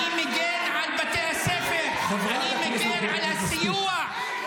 המילה מחבל כנראה מתאימה רק לח"כים ערבים.